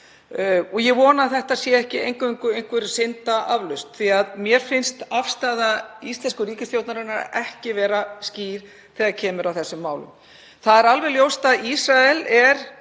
Ég vona að þetta sé ekki eingöngu einhver syndaaflausn því að mér finnst afstaða íslensku ríkisstjórnarinnar ekki vera skýr þegar kemur að þessum málum. Það er alveg ljóst að Ísrael er